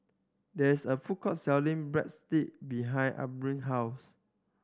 there is a food court selling Bread Stick behind Abbigail house